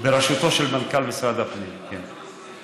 בראשותו של מנכ"ל משרד הפנים, כן.